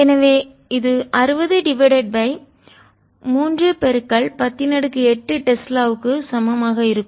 எனவே இது 60 divided by 3 108 டெஸ்லாவுக்கு சமம் ஆக இருக்கும்